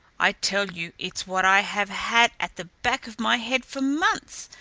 i tell you it's what i have had at the back of my head for months.